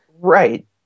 right